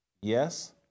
yes